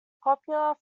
popular